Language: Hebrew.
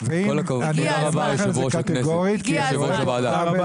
אני אומר לכם את זה קטגורית, כי אני רואה פה עוול